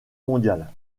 mondiale